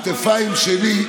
הכתפיים שלי,